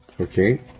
Okay